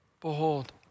Behold